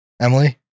Emily